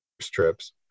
trips